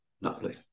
Lovely